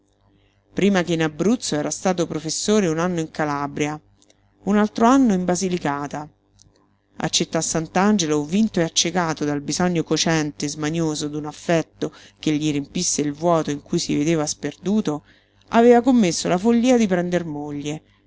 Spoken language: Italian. prima che in abruzzo era stato professore un anno in calabria un altro anno in basilicata a città sant'angelo vinto e accecato dal bisogno cocente e smanioso d'un affetto che gli riempisse il vuoto in cui si vedeva sperduto aveva commesso la follia di prender moglie